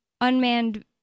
unmanned